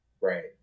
Right